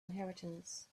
inheritance